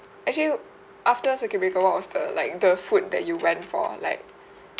actually w~ after circuit breaker what was the like the food that you went for like